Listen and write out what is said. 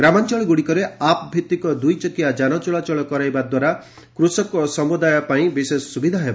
ଗ୍ରାମାଞ୍ଚଳଗୁଡ଼ିକରେ app ଭିତ୍ତିକ ଦୁଇ ଚକିଆ ଯାନ ଚଳାଚଳ କରାଇବା ଦ୍ୱାରା କୃଷକ ସମୂଦାୟ ପାଇଁ ବିଶେଷ ସୁବିଧା ହେବ